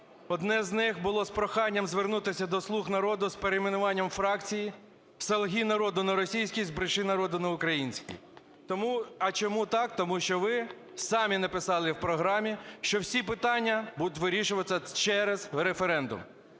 Одне з них було з проханням звернутися до "слуг народу" з перейменуванням фракції: "солги народу" - на російській, "збреши народу" - на українській. А чому так? Тому що ви самі написали в програмі, що всі питання будуть вирішуватися через референдум.